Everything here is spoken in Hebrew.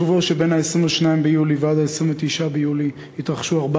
בשבוע שמ-22 ביולי עד 29 ביולי התרחשו ארבע